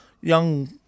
young